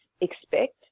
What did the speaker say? expect